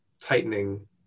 tightening